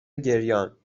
گریانخیلی